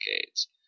decades